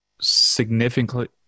significantly